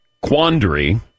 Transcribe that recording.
quandary